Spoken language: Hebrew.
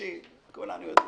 כולנו יודעים,